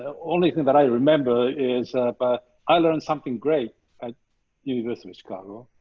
only thing that i remember is ah i learned something great at university of chicago,